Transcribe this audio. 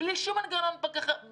וגם אין שום מנגנון בקרה.